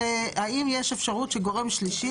האם יש אפשרות שגורם שלישי,